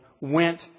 went